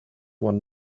one